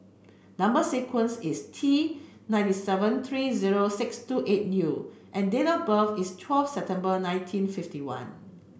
number sequence is T ninety seven three zero six two eight U and date of birth is twelve September nineteen fifty one